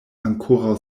ankoraŭ